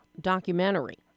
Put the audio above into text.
documentary